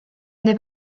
n’est